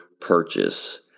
purchase